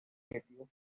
objetivo